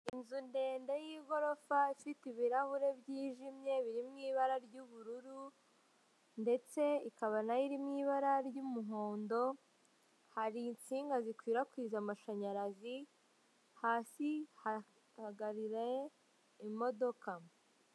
Inzu ndende y'igorofa ifite ibirahure byijimye biri mu ibara ry'ubururu ndetse ikaba nayo iririmo ibara ry'umuhondo, hari insinga zikwirakwiza amashanyarazi hasi hagarire imodoka.